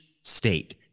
state